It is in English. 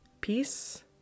Peace